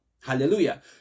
Hallelujah